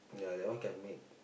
ya that one can make